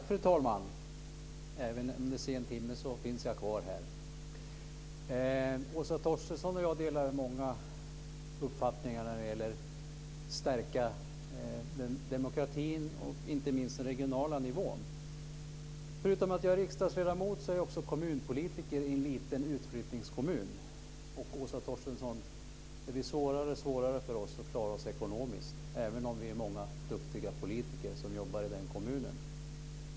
Fru talman! Åsa Torstensson och jag delar många uppfattningar när det gäller att stärka demokratin inte minst på den regionala nivån. Förutom att jag är riksdagsledamot är jag också kommunpolitiker i en liten utflyttningskommun. Det blir svårare och svårare för oss att klara oss ekonomiskt, Åsa Torstensson, även om vi är många duktiga politiker som jobbar i den kommunen.